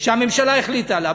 שהממשלה החליטה עליו?